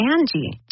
Angie